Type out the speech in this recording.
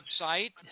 website